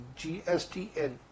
GSTN